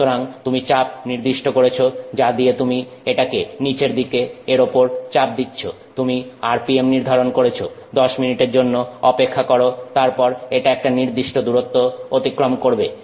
সুতরাং তুমি চাপ নির্দিষ্ট করেছ যা দিয়ে তুমি এটাকে নিচের দিকে এর ওপর চাপ দিচ্ছো তুমি RPM নির্ধারণ করেছ 10 মিনিটের জন্য অপেক্ষা করো তারপর এটা একটা নির্দিষ্ট দূরত্ব অতিক্রম করবে